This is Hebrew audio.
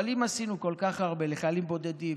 אבל אם עשינו כל כך הרבה לחיילים בודדים,